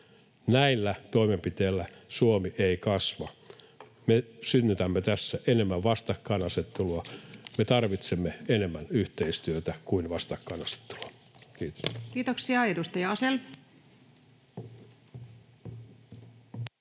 Näillä toimenpiteillä Suomi ei kasva. Me synnytämme tässä enemmän vastakkainasettelua. Me tarvitsemme enemmän yhteistyötä kuin vastakkainasettelua. Kiitoksia. — Edustaja Asell.